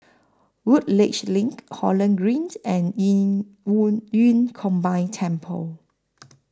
Woodleigh LINK Holland Green and Qing Wu Yun Combined Temple